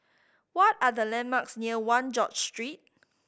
what are the landmarks near One George Street